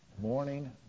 morning